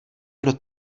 kdo